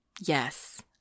Yes